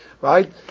Right